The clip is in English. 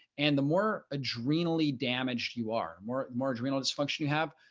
and the more adrenally damaged you are, more more adrenal dysfunction you have,